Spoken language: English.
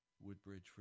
Woodbridge